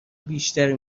بیشتری